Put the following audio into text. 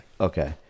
Okay